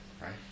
right